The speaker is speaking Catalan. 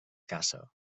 caça